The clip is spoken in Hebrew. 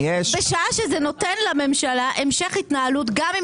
בשעה שזה נותן לממשלה המשך התנהלות גם אם